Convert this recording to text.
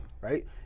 right